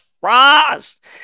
Frost